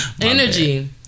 Energy